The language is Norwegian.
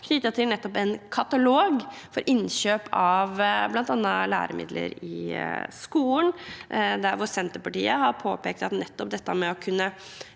knyttet til en katalog for innkjøp av bl.a. læremidler i skolen. Senterpartiet har påpekt at det å kunne